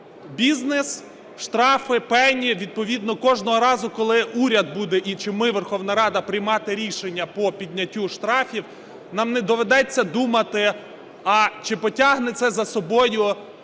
бізнес, штрафи, пені. Відповідно кожного разу, коли уряд буде , чи ми – Верховна Рада, приймати рішення по підняттю штрафів, нам не доведеться думати, а чи потягне це за собою